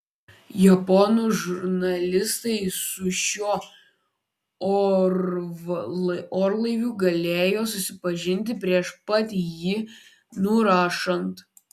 japonų žurnalistai su šiuo orlaiviu galėjo susipažinti prieš pat jį nurašant